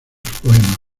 poemas